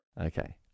okay